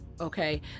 Okay